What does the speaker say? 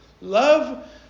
Love